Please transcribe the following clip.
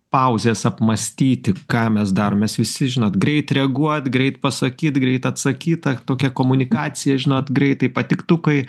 pauzės apmąstyti ką mes darom mes visi žinot greit reaguot greit pasakyt greit atsakyt ta tokia komunikacija žinot greitai patiktukai